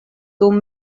dum